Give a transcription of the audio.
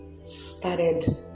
started